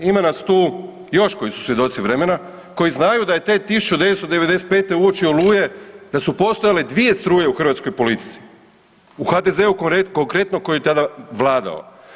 Ima nas tu još koji su svjedoci vremena koji znaju da je te 1995. uoči Oluje da su postojale dvije struje u hrvatskoj politici u HDZ-u konkretno koji je tada vladao.